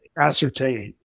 ascertain